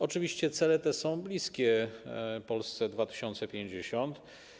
Oczywiście cele te są bliskie Polsce 2050.